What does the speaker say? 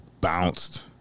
bounced